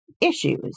issues